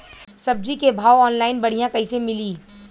सब्जी के भाव ऑनलाइन बढ़ियां कइसे मिली?